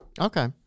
Okay